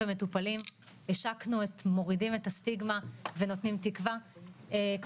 עד עכשיו לא היה נציג מהבתים המאזנים אז לי קוראים